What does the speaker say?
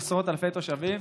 עשרות אלפי תושבים,